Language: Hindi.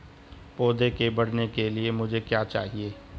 पौधे के बढ़ने के लिए मुझे क्या चाहिए?